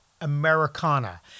Americana